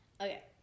Okay